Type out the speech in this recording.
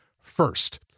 first